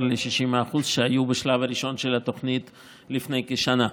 ל-60% שהיו בשלב הראשון של התוכנית לפני כשנה.